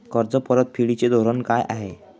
कर्ज परतफेडीचे धोरण काय आहे?